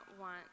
want